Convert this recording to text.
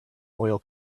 oil